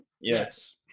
Yes